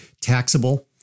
taxable